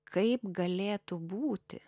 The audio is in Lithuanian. kaip galėtų būti